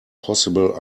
possible